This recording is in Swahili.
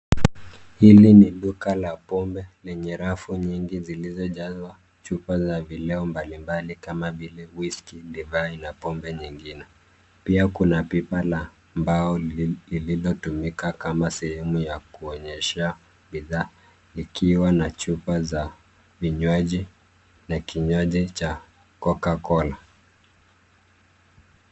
Hili ni duka la pombe lenye rafu nyingi zilizojazwa chupa za vileo mbalimbali kama vile whiskey , divai na pombe nyingine. Pia kuna pipa la mbao juu lililotumika kama sehemu ya kuonyesha bidhaa ikiwa na chupa za vinywaji na kinywaji cha Cocacola.